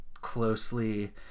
closely